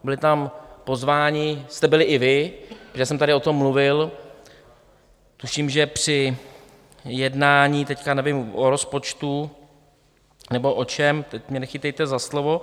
Byli tam pozváni to jste byli i vy, já jsem tady o tom mluvil, tuším, že při jednání, teď nevím, o rozpočtu nebo o čem, teď mě nechytejte za slovo.